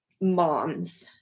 moms